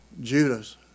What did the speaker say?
Judas